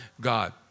God